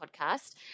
podcast